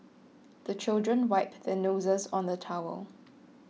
the children wipe their noses on the towel